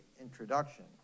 introduction